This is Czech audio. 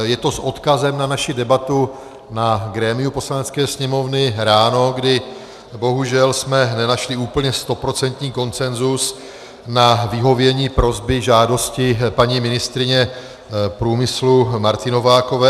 Je to s odkazem na naši debatu na grémiu Poslanecké sněmovny ráno, kdy jsme bohužel nenašli úplně stoprocentní konsenzus na vyhovění prosby žádosti paní ministryně průmyslu Marty Novákové.